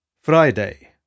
Friday